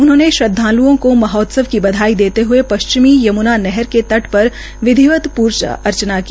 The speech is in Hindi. उन्होंने श्रद्वाल्ओं को महोत्सव की बधाई देते हए पश्चिमी यमुनानगर नहर क तट पर विधिवत पूर्जा की